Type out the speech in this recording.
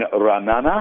Ranana